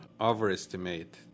overestimate